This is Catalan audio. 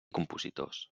compositors